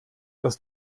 dass